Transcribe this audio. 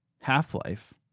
Half-Life